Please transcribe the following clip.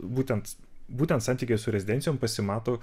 būtent būtent santykiai su rezidencijom pasimato